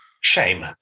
shame